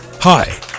Hi